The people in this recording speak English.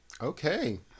Okay